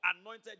anointed